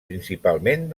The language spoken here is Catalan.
principalment